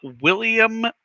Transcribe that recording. William